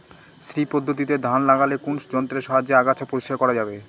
শ্রী পদ্ধতিতে ধান লাগালে কোন যন্ত্রের সাহায্যে আগাছা পরিষ্কার করা যাবে?